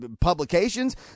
publications